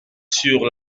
sur